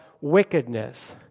wickedness